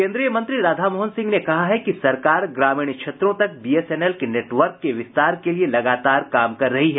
केन्द्रीय मंत्री राधामोहन सिंह ने कहा है कि सरकार ग्रामीण क्षेत्रों तक बीएसएनएल के नेटवर्क के विस्तार के लिये लगातार काम कर रहा है